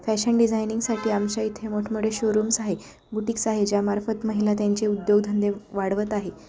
fashion डिझानिंगसाठी आमच्या इथे मोठमोठे शोरूम्स आहे बुटिक्स आहे ज्यामार्फत महिला त्यांचे उद्योगधंदे वाढवत आहे